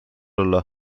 olla